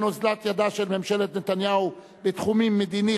אוזלת ידה של ממשלת נתניהו בתחום המדיני,